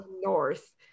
north